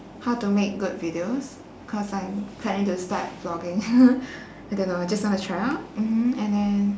how to make good videos cause I'm planning to start vlogging I don't know I just want to try out mmhmm and then